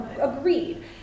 Agreed